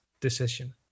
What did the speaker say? decision